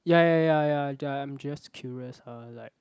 ya ya ya ya that I'm just curious !huh! like